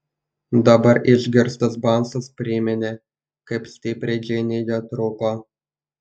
dabar išgirstas balsas priminė kaip stipriai džeinei jo trūko